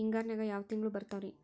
ಹಿಂಗಾರಿನ್ಯಾಗ ಯಾವ ತಿಂಗ್ಳು ಬರ್ತಾವ ರಿ?